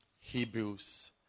Hebrews